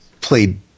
played